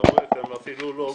אתם אפילו לא עוקבים.